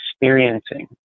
experiencing